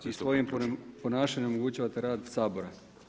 I svojim ponašanjem onemogućavate rad Sabora.